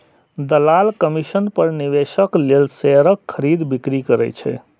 दलाल कमीशन पर निवेशक लेल शेयरक खरीद, बिक्री करै छै